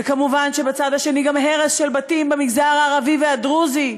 וכמובן שבצד השני גם הרס של בתים במגזר הערבי והדרוזי,